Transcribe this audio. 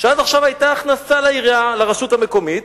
שעד עכשיו היתה הכנסה לרשות המקומית?